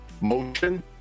motion